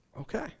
okay